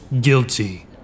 guilty